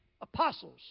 apostles